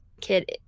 kid